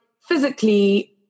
physically